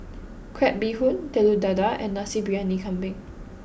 Crab Bee Hoon Telur Dadah and Nasi Briyani Kambing